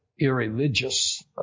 irreligious